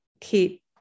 keep